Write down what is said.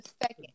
second